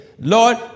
Lord